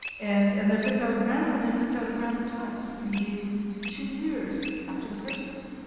and and they're picked out at random, and they're picked out at random times. it can be two years after the protest.